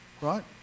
Right